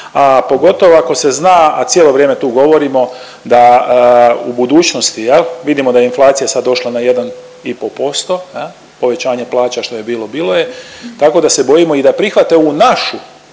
a pogotovo ako se zna, a cijelo vrijeme tu govorimo da u budućnosti, jel' vidimo da je inflacija sad došla na jedan i pol posto, povećanje plaća što je bilo bilo je, tako da se bojimo i da prihvate ovu našu